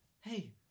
hey